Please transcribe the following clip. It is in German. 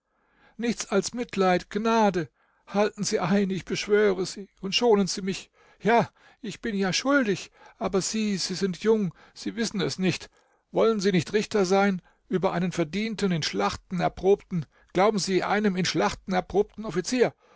nichts als mitleid gnade halten sie ein ich beschwöre sie und schonen sie mich ja ich bin ja schuldig aber sie sie sind jung sie wissen es nicht wollen sie nicht richter sein über einen verdienten in schlachten erprobten glauben sie einem in schlachten erprobten offizier